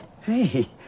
Hey